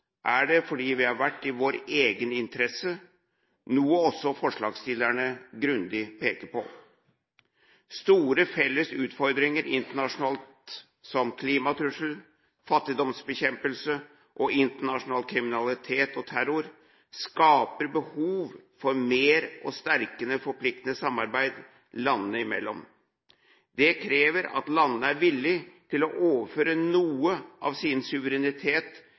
er det fordi det har vært i vår egen interesse, noe også forslagsstillerne grundig peker på. Store felles utfordringer internasjonalt, som klimatrusselen, fattigdomsbekjempelse og internasjonal kriminalitet og terror, skaper behov for mer og sterkere forpliktende samarbeid landene imellom. Det krever at landene er villige til å overføre noe av sin suverenitet